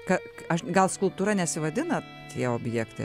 ka aš gal skulptūra nesivadina tie objektai